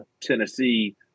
Tennessee